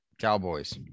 Cowboys